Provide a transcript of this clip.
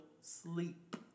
sleep